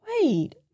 Wait